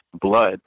blood